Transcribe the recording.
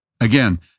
Again